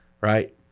right